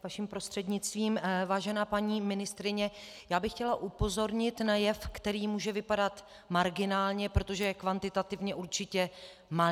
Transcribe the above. Vaším prostřednictvím, vážená paní ministryně, bych chtěla upozornit na jev, který může vypadat marginálně, protože je kvantitativně určitě malý.